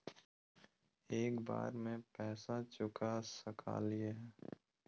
एक बार में पैसा चुका सकालिए है?